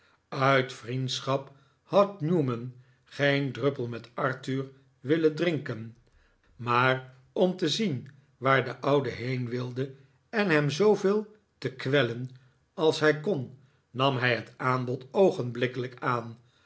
uit vriendschap had newman geen druppel met arthur willen drinken maar om te zien waar de oude heen wilde en hem zooveel te kwellen als hij kon nam hij het aanbod oogenblikkelijk aan